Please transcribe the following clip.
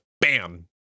bam